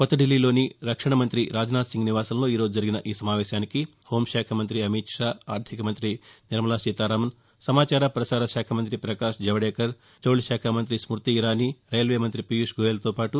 కొత్తదిల్లీలోని రక్షణమంత్రి రాజ్నాథ్సింగ్ నివాసంలో ఈ రోజు జరిగిన ఈ సమావేశానికి హోంశాఖ మంత్రి అమిత్ షా ఆర్టికమంత్రి నిర్మలా సీతారామన్ సమాచార ప్రసారశాఖ మంత్రి ప్రకాశ్ జవడేకర్ జౌళి శాఖ మంత్రి స్మృతి ఇరానీ రైల్వేమంత్రి పియూష్ గోయల్తో పాటు